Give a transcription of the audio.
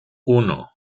uno